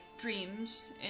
dreams